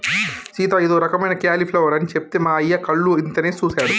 సీత ఇదో రకమైన క్యాలీఫ్లవర్ అని సెప్తే మా అయ్య కళ్ళు ఇంతనేసి సుసాడు